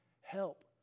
Help